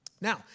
Now